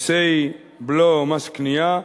מסי בלו ומס קנייה,